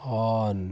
on